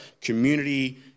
community